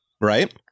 Right